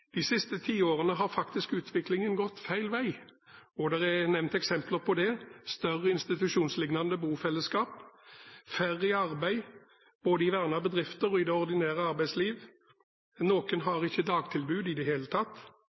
De siste ti årene har faktisk utviklingen gått gal vei.» Og det er nevnt eksempler på det: større institusjonslignende bofellesskap, færre i arbeid både i vernede bedrifter og i det ordinære arbeidsliv, noen har ikke dagtilbud i det hele tatt,